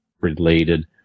related